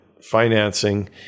financing